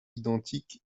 identiques